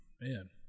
man